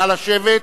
נא לשבת.